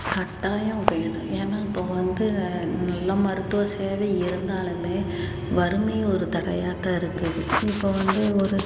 கட்டாயம் வேணும் ஏன்னா இப்போ வந்து நல்ல மருத்துவ சேவை இருந்தாலுமே வறுமை ஒரு தடையாகத் தான் இருக்குது இப்போ வந்து ஒரு